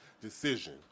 decision